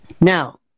Now